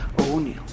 O'Neal